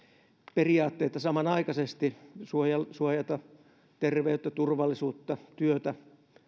periaatteita samanaikaisesti suojata terveyttä turvallisuutta työtä